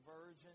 virgin